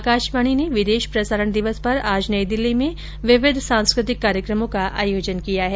आकाशवाणी ने विदेश प्रसारण दिवस पर आज नई दिल्ली में विविध सांस्कृतिक कार्यक्रमों का आयोजन किया है